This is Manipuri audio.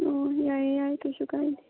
ꯑꯣ ꯌꯥꯏꯌꯦ ꯌꯥꯏꯌꯦ ꯀꯩꯁꯨ ꯀꯥꯏꯗꯦ